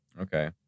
Okay